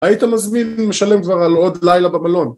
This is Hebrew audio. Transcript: היית מזמין משלם כבר על עוד לילה במלון